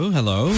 Hello